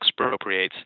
expropriates